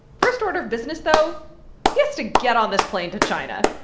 first order of business, though he has to get on this plane to china.